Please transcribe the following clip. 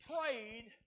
prayed